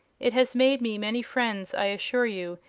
it has made me many friends, i assure you,